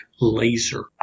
laser